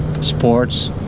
sports